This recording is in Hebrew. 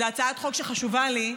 זו הצעת חוק שחשובה לי.